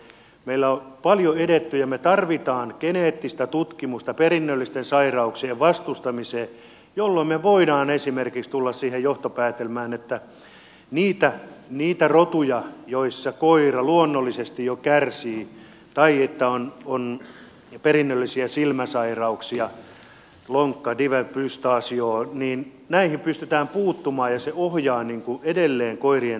meillä on paljon edetty ja me tarvitsemme geneettistä tutkimusta perinnöllisten sairauksien vastustamiseen jolloin me voimme esimerkiksi tulla siihen johtopäätelmään että kun on rotuja joissa koira luonnollisesti jo kärsii tai on perinnöllisiä silmäsairauksia lonkkaniveldysplasiaa niin näihin pystytään puuttumaan ja se ohjaa edelleen koirien terveyttä